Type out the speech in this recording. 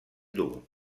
dur